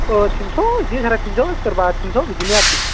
ओ टिनस' बिदिनो साराय टिनस' सोरबा टिनस' बिदिनो आरोखि